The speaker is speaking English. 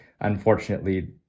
unfortunately